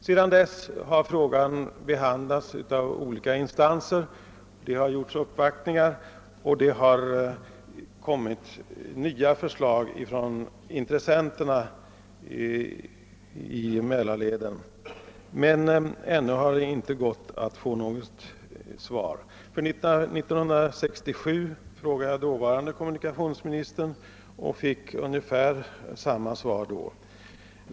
Sedan dess har frågan behandlats i olika instanser, man har gjort uppvaktningar, och intressenterna i Mälarleden har lagt fram nya förslag, men ännu har vi inte kunnat få något besked. år 1967 ställde jag samma fråga till dåvarande kommunikationsministern men fick inte heller den gången något besked.